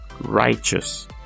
righteous